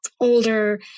older